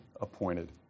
appointed